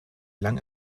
lang